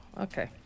okay